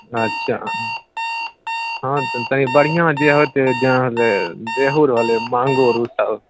अच्छा हँ तऽ तनि बढ़िआँ दिहऽ रेहू रहलै माङ्गुर ओसब